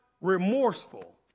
Remorseful